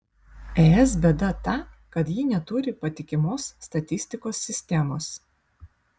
es bėda ta kad ji neturi patikimos statistikos sistemos